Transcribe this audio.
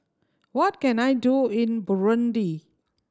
what can I do in Burundi